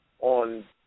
on